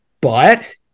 but-